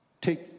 take